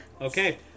Okay